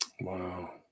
Wow